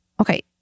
Okay